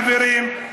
חברים,